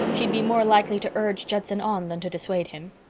she'd be more likely to urge judson on than to dissuade him.